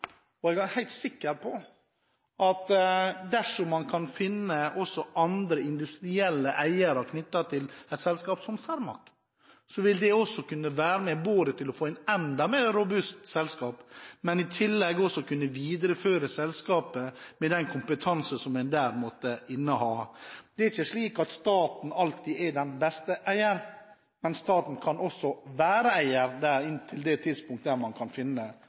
for jeg er helt sikker på at dersom man kan finne andre industrielle eiere til et selskap som Cermaq, vil det kunne gi et enda mer robust selskap, og i tillegg videreføre selskapet med den kompetanse som en der måtte inneha. Det er ikke slik at staten alltid er den beste eieren, men staten kan også være eier inntil det tidspunkt man finner andre aktører som kan bidra. Så det er ikke nødvendigvis slik at man